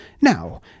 Now